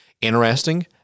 interesting